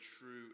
true